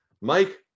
Mike